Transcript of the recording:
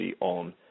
on